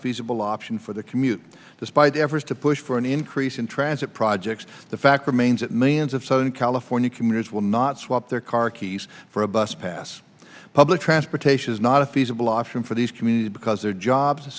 feasible option for the commute despite efforts to push for an increase in transit projects the fact remains that millions of southern california commuters will not swap their car keys for a bus pass public transportation is not a feasible option for these communities because their job